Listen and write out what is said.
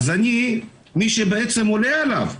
אני זה מי שעולה עליו.